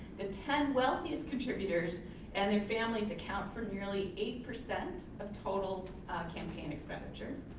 the ten wealthiest contributors and their families account for nearly eight percent of total campaign expenditures.